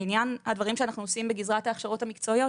לעניין הדברים שאנחנו עושים בגזרת ההכשרות המקצועיות: